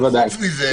חוץ מזה,